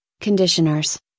conditioners